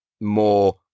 more